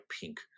pink